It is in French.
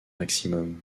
maximum